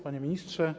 Panie Ministrze!